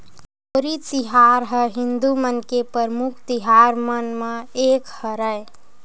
होरी तिहार ह हिदू मन के परमुख तिहार मन म एक हरय